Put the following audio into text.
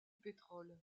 pétrole